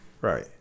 Right